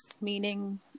meaning